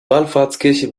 wallfahrtskirche